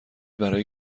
برای